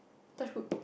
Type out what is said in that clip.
touch wood